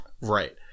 Right